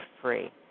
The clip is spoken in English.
free